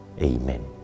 Amen